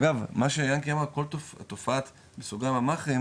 אגב, מה שיענקי אמר, כל תופעת המאכערים